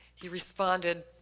he responded,